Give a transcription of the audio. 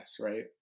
right